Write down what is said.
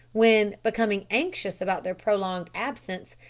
when, becoming anxious about their prolonged absence,